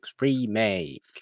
remake